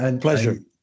pleasure